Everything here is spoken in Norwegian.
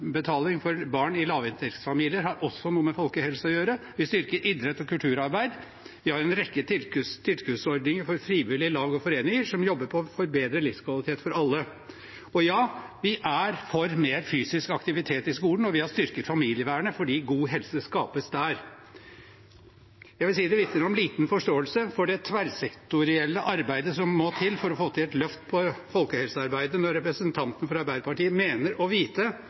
for barn i lavinntektsfamilier har også noe med folkehelse å gjøre. Vi styrker idrett og kulturarbeid. Vi har en rekke tilskuddsordninger for frivillige lag og foreninger som jobber for å forbedre livskvaliteten for alle. Og ja, vi er for mer fysisk aktivitet i skolen. Vi har styrket familievernet fordi god helse skapes der. Jeg vil si at det vitner om liten forståelse for det tverrsektorielle arbeidet som må til for å få et løft på folkehelsearbeidet når representanten fra Arbeiderpartiet mener å vite